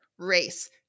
Race